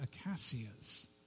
Acacia's